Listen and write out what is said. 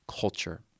culture